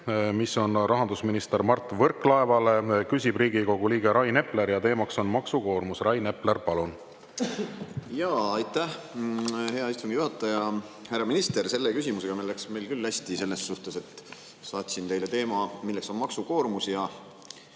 mis on rahandusminister Mart Võrklaevale. Küsib Riigikogu liige Rain Epler ja teemaks on maksukoormus. Rain Epler, palun! Aitäh, hea istungi juhataja! Härra minister! Selle küsimusega läks meil küll hästi selles mõttes, et ma saatsin teile teema, milleks on maksukoormus,